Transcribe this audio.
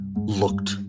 looked